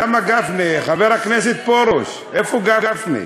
למה גפני, סגן השר פרוש, איפה גפני?